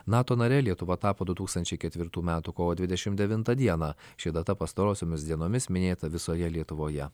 nato nare lietuva tapo du tūkstančiai ketvirtų metų kovo dvidešimt devintą dieną ši data pastarosiomis dienomis minėta visoje lietuvoje